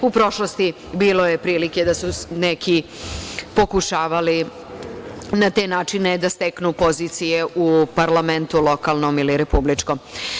U prošlosti bilo je prilike da su neki pokušavali na te načine da steknu pozicije u parlamentu lokalnom ili republičkom.